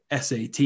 SAT